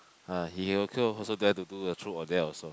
ah he okay also dare to do a true or dare also